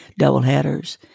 doubleheaders